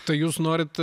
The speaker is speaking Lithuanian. tai jūs norit